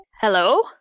hello